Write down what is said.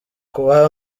kuwa